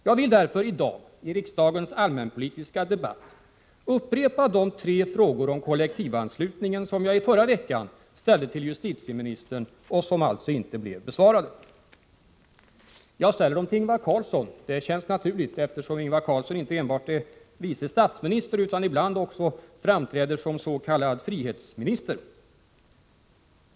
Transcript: Jag vill därför i dag i riksdagens allmänpolitiska debatt upprepa de tre frågor om kollektivanslutningen som jag förra veckan ställde till justitieministern och som alltså inte blev besvarade. Jag ställer frågorna till Ingvar Carlsson. Det känns naturligt att göra det. Ingvar Carlsson är ju inte bara vice statsminister utan ibland framträder han också som s.k. frihetsminister.